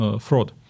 fraud